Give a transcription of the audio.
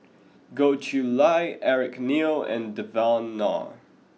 Goh Chiew Lye Eric Neo and Devan Nair